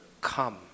come